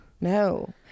No